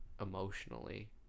emotionally